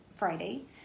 Friday